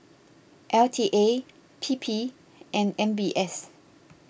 L T A P P and M B S